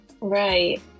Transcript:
Right